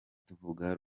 tuvuga